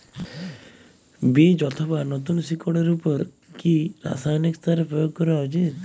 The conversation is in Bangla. বীজ অথবা নতুন শিকড় এর উপর কি রাসায়ানিক সার প্রয়োগ করা উচিৎ?